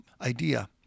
idea